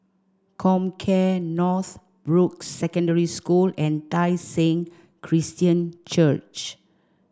Comcare Northbrooks Secondary School and Tai Seng Christian Church